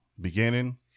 Beginning